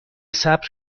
صبر